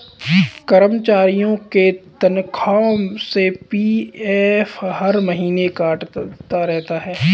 कर्मचारियों के तनख्वाह से पी.एफ हर महीने कटता रहता है